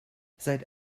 seit